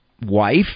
wife